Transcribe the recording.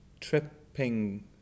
tripping